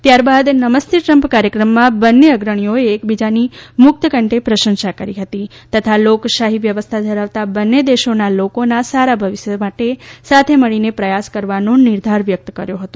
ત્યારબાદ નમસ્તે ટ્રમ્પ કાર્યક્રમમાં બંને અગ્રણીઓએ એકબીજાની મુક્તકંઠે પ્રશંસા કરી હતી તથા લોકશાહી વ્યવસ્થા ધરાવતા બન્ને દેશોના લોકોના સારા ભવિષ્ય માટે સાથે મળીને પ્રયાસ કરવાનો નિર્ધાર વ્યક્ત કર્યો હતો